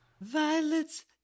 Violet's